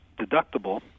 deductible